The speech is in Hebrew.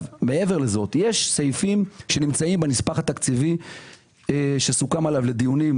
יש סעיפים שנמצאים בנספח התקציבי שסוכם עליו בדיונים,